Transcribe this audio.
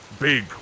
big